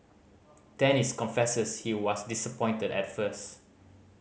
Dennis confesses he was disappointed at first